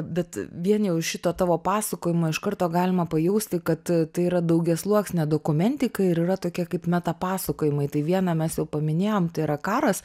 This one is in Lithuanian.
bet vien jau iš šito tavo pasakojimo iš karto galima pajausti kad tai yra daugiasluoksnė dokumentika ir yra tokie kaip meta pasakojimai tai vieną mes jau paminėjom tai yra karas